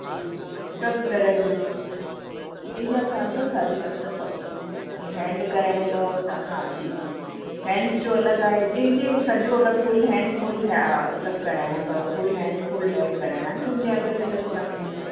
जी सभ तरह जी उन्हीअ जा असां वटि अथव साढी सत सौ जीअं हैंड कराइणा अथव त हा जी हैंड्स जो अलॻि आहे जी जी सॼो अगरि फ़ुल हैंड फ़ुल हा सभु कराइणा अथव फ़ुल हैंड फ़ुल लेग कराइणा आहिनि त उन जा अलॻि अलॻि चार्जिस आहिनि